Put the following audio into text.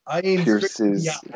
pierces